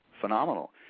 phenomenal